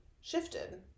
shifted